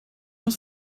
was